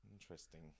Interesting